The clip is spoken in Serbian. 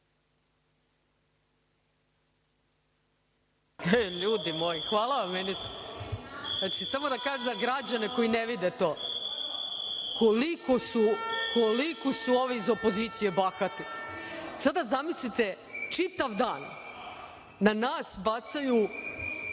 Ljudi moji, hvala vam ministre, samo da kažem za građane koji ne vide to, koliko su ovi iz opozicije bahati. Sada zamislite čitav dan na nas bacaju